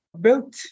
built